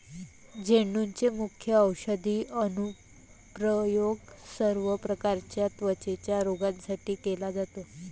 झेंडूचे मुख्य औषधी अनुप्रयोग सर्व प्रकारच्या त्वचेच्या रोगांसाठी केला जातो